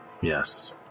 Yes